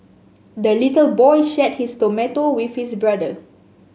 the little boy shared his tomato with his brother